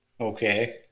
Okay